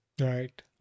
right